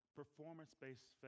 performance-based